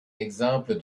exemple